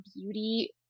beauty